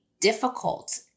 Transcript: difficult